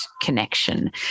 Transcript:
connection